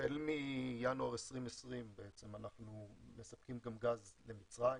החל מינואר 2020 אנחנו מספקים גם גז למצרים,